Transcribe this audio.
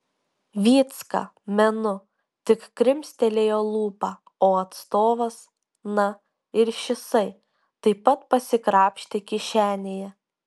vycka menu tik krimstelėjo lūpą o atstovas na ir šisai taip pat pasikrapštė kišenėje